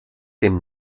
dem